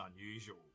unusual